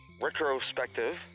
retrospective